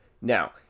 Now